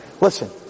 Listen